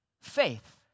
Faith